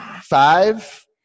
Five